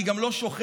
אני גם לא שוכח